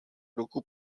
ruku